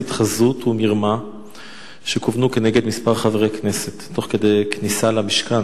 התחזות ומרמה שכוונו נגד כמה חברי כנסת תוך כדי כניסה למשכן,